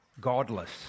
godless